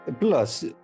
plus